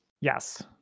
yes